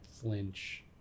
flinch